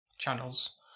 channels